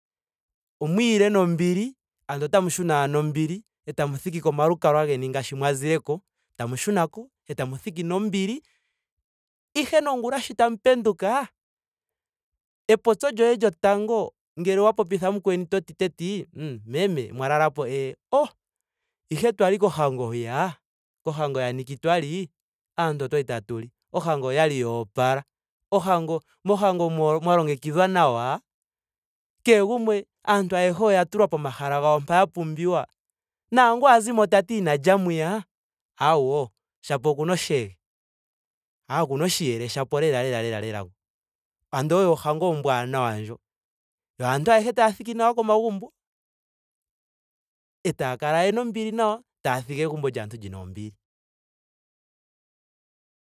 Omwiile nombili. ando otamu shuna nombili. etamu shuna komalukalwa geni ngaashi mwa zileko tamu shunako etamu thiki nombili. ihe nongula sho tamu penduka. epopyo lyoye lyotango ngele owa popitha mukweni toti teeti mhh meme. mwa lalapo. ee. oh ihe twali kohango hwiya. kohango ya nicky twali. aantu okwali tatu li. ohango okwali yoopala. ohango ya longikidhwa nawa. Kehe gumwe. aantu ayehe oya tulwa pomahala gawo mpa ya pumbiwa. Naangu a zimo tati okwa zimo inaalya mwiya awoo shampa okuna oshege. aawe shapo okuna oshiyele lelalalela ngu. Ando oyo ohango ombwanawa ndjo. Yo aantu ayehe taya thiki nawa komagumbo. etaya kala yena ombili nawa, etaya thigi egumbo lyaantu lina ombili.